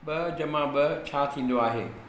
ॿ जमा ॿ छा थींदो आहे